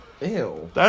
Ew